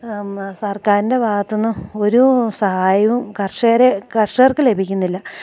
സർക്കാരിൻ്റെ ഭാഗത്തു നിന്ന് ഒരു സഹായവും കർഷകരെ കർഷകർക്ക് ലഭിക്കുന്നില്ല